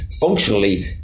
functionally